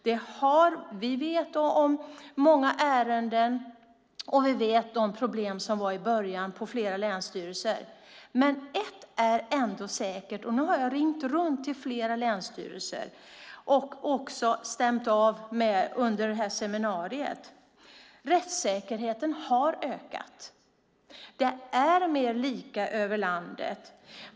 Vi känner till många sådana ärenden och de problem som fanns i början på flera länsstyrelser. Men ett är ändå säkert. Jag har ringt runt till flera länsstyrelser och även stämt av det hela under seminariet, och rättssäkerheten har ökat. Det är mer lika över landet.